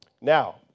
Now